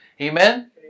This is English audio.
Amen